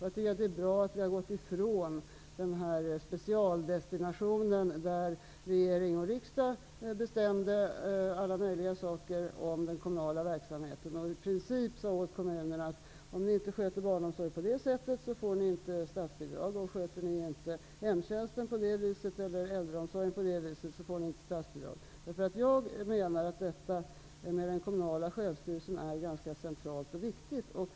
Det är också bra att vi har gått ifrån det här med specialdestination och att regering och riksdag skulle bestämma alla möjliga saker när det gällde den kommunala verksamheten. Det sades då i princip att om kommunerna inte sköter barnomsorgen eller äldreomsorgen på visst sätt lämnas inga statsbidrag. Jag menar att det är ganska centralt och viktigt med kommunalt självstyre.